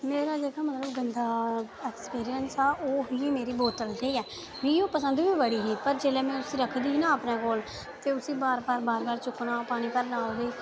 मेरा जेह्का सबतूं गंदा अक्सपिरियस ओह् ही मेरी बोतल मिगी ओह् पसंद बी बड़ी ही जल्लै मं उसी रखदी ही न अपने कोल त उसी बार बार बार बार चुक्कना पानी भरना ओह्दे